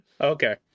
Okay